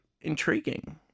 intriguing